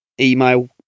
email